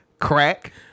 Crack